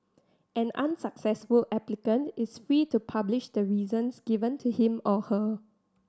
an unsuccessful applicant is free to publish the reasons given to him or her